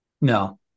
No